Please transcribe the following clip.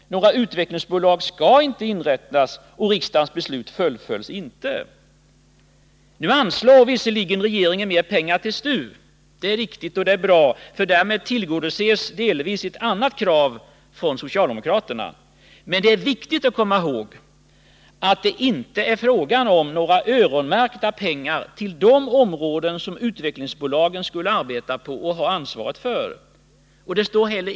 Några utvecklingsbolag skall inte inrättas. Riksdagens beslut fullföljs inte. Regeringen anslår visserligen mer pengar till STU. Det är bra — därmed tillgodoses delvis ett annat krav från socialdemokraterna. Men det är viktigt att komma ihåg att det inte är fråga om öronmärkta pengar till de områden som utvecklingsbolagen skulle arbeta på och ha ansvaret för.